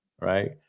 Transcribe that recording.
right